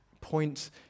point